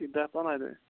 دَہ پَنٛداہہ دُہۍ